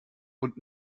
und